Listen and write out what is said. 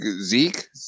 Zeke